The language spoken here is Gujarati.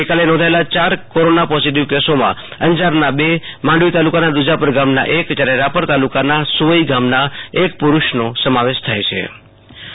ગઈકાલે નોંધાયેલા યાર કોરોના પોઝીટીવ કેસોમાં અંજારના બે માંડવી તાલુકાના દુજાપર ગામનો એક જયારે રાપર તાલુકાના સુ વઈ ગામના એક પુ રૂષનો સમાવેશ થાય છે આશુ તોષ અંતાણી કચ્છઃ ટી